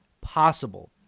possible